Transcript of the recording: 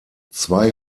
zwei